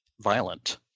violent